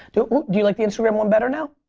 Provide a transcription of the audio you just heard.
do you like the instagram one better now?